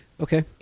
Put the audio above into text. Okay